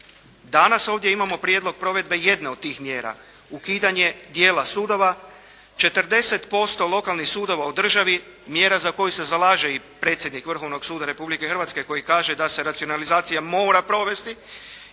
Danas ovdje imamo prijedlog provedbe jedne od tih mjera, ukidanje dijela sudova, 40% lokalnih sudova u državi, mjera za koju se zalaže i predsjednik Vrhovnog suda Republike Hrvatske koji kaže da se racionalizacija mora provesti